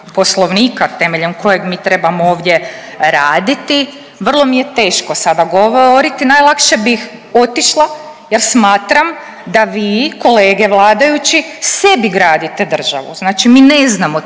Poslovnika temeljem kojeg mi trebamo ovdje raditi vrlo mi je teško sada govoriti, najlakše bih otišla. Ja smatram da vi kolege vladajući sebi gradite državu. Znači mi ne znamo